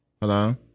Hello